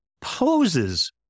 poses